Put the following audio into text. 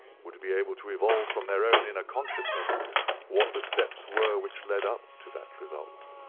would be able to evolve from their own inner consciousness what the steps were which led up to that result.